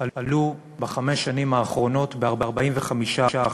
עלו בחמש השנים האחרונות ב-45%.